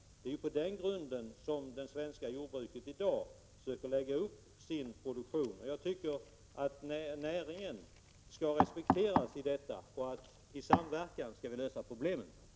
Det är på den grunden som det svenska jordbruket i dag söker lägga upp sin produktion. Jag tycker att näringen skall respekteras i detta och att vi skall lösa problemen i samverkan.